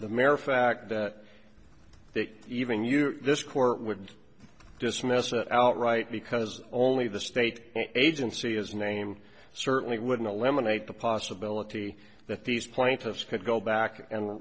the mere fact that they even you're this court would dismiss it out right because only the state agency is named certainly wouldn't eliminate the possibility that these plaintiffs could go back and